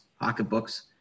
pocketbooks